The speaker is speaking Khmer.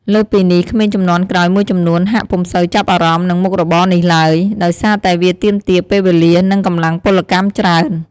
លើសពីនេះ ក្មេងជំនាន់ក្រោយមួយចំនួនហាក់ពុំសូវចាប់អារម្មណ៍នឹងមុខរបរនេះឡើយ ដោយសារតែវាទាមទារពេលវេលា និងកម្លាំងពលកម្មច្រើន។